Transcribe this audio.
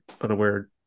unaware